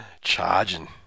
charging